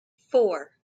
four